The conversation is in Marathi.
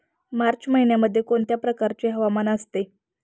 मार्च महिन्यामध्ये कोणत्या प्रकारचे हवामान असते?